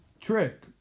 trick